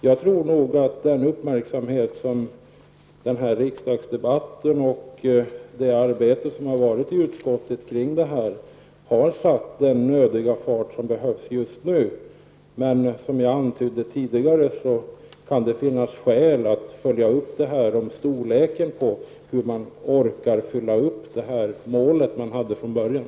Jag tror nog att den uppmärksamhet som den här riksdagsdebatten har inneburit och det arbete som har utförts i utskottet kring detta har satt fart på nämnden på ett sätt som var nödvändigt just nu. Men som jag antydde tidigare kan det finnas skäl att följa upp om man orkar uppfylla det mål man hade från början.